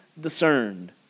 discerned